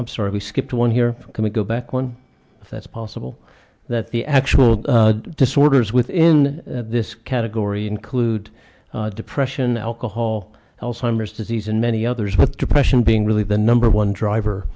i'm sorry we skipped one here come and go back one that's possible that the actual disorders within this category include depression alcohol alzheimer's disease and many others with depression being really the number one driver